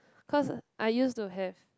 cause I used to have